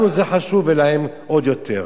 לנו זה חשוב ולהם עוד יותר.